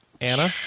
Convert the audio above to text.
Anna